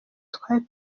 twari